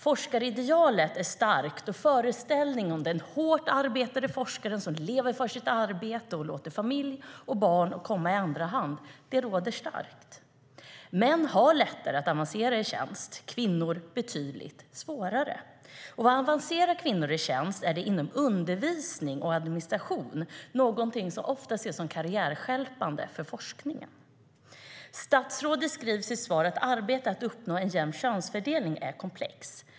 Forskaridealet är starkt, och det råder en stark föreställning om den hårt arbetande forskaren som lever för sitt arbete och låter familj och barn komma i andra hand. Män har lättare att avancera i tjänst, kvinnor betydligt svårare. Och avancerar kvinnor i tjänst är det inom undervisning och administration - det är någonting som ofta ses som karriärstjälpande för forskningen. Statsrådet skriver i sitt svar att arbetet med att uppnå en jämn könsfördelning är komplext.